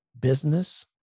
business